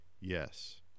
Yes